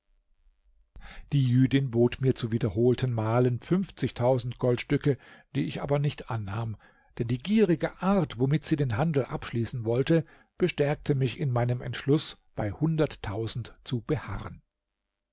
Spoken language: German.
die jüdin bot mir zu wiederholten malen fünfzigtausend goldstücke die ich aber nicht annahm denn die gierige art womit sie den handel abschließen wollte bestärkte mich in meinem entschluß bei hunderttausend zu beharren